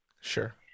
Sure